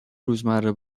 روزمره